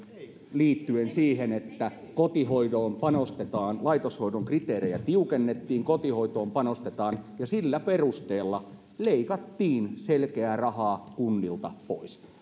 liittyen siihen että kotihoitoon panostetaan laitoshoidon kriteerejä tiukennettiin kotihoitoon panostettiin ja sillä perusteella leikattiin selkeää rahaa kunnilta pois